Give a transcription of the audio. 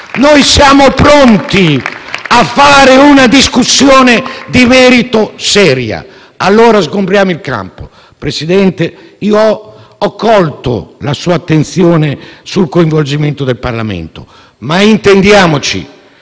Noi siamo pronti a fare una discussione di merito seria. Allora sgombriamo il campo. Signor presidente Conte, io ho colto la sua attenzione sul coinvolgimento del Parlamento, ma - intendiamoci